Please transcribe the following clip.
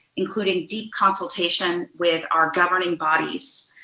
including deep consultation with our governing bodies.